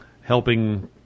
helping